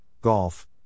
golf